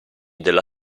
della